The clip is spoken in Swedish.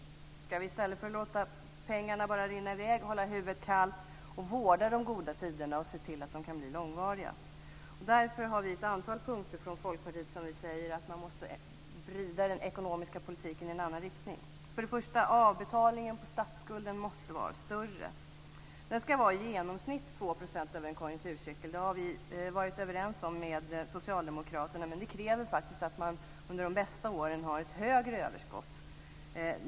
I stället för att låta pengarna bara rinna i väg ska vi nu hålla huvudet kallt, vårda de goda tiderna och se till att de kan bli långvariga. Därför har vi ett antal punkter från Folkpartiet där vi säger att den ekonomiska politiken måste vridas i en annan riktning. För det första måste avbetalningen på statsskulden vara större. Den ska vara i genomsnitt 2 % över en konjunkturcykel. Det har vi varit överens med Socialdemokraterna om. Men det kräver faktiskt att man under de bästa åren har ett större överskott.